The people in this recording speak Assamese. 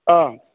অঁ